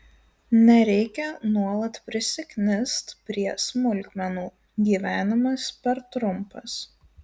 nereikia nuolat prisiknist prie smulkmenų gyvenimas per trumpas